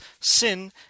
Sin